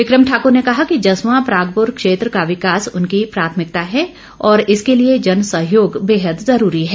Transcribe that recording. बिक्रम ठाक्र ने कहा कि जसवां परागपुर क्षेत्र का विकास उनकी प्राथमिकता है और इसके लिए जन सहयोग बेहद ज़रूरी है